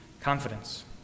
confidence